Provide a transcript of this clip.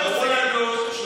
הגבלת פעילות) (תיקון),